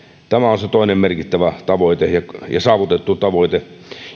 tämä on se toinen merkittävä tavoite ja ja saavutettu tavoite